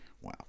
Wow